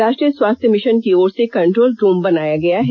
राष्ट्रीय स्वास्थ्य मिषन की ओर से कंट्रोल रूम बनाया गया है